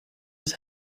his